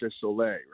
Soleil